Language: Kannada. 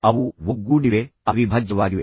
ಅವು ಒಗ್ಗೂಡಿವೆ ಅವಿಭಾಜ್ಯವಾಗಿವೆ